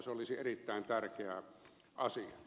se olisi erittäin tärkeä asia